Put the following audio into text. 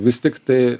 vis tiktai